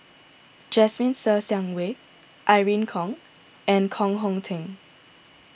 Jasmine Ser Xiang Wei Irene Khong and Koh Hong Teng